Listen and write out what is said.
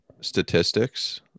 statistics